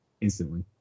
instantly